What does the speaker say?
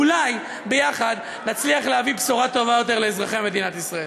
אולי ביחד נצליח להביא בשורה טובה יותר לאזרחי מדינת ישראל.